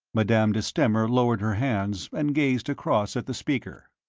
madame de stamer lowered her hands and gazed across at the speaker.